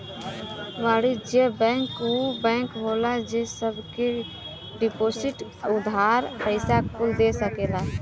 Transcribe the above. वाणिज्य बैंक ऊ बैंक होला जे सब के डिपोसिट, उधार, पइसा कुल दे सकेला